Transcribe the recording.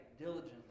diligently